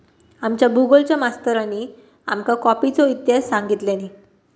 आमच्या भुगोलच्या मास्तरानी आमका कॉफीचो इतिहास सांगितल्यानी